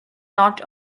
not